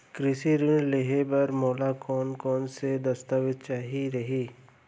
कृषि ऋण लेहे बर मोला कोन कोन स दस्तावेज चाही रही?